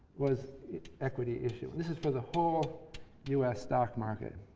was equity issued. this is for the whole u s. stock market.